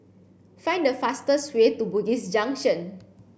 find the fastest way to Bugis Junction